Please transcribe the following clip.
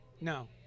no